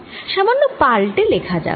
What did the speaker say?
সামান্য পালটে লেখা যাক